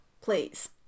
Please